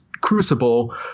crucible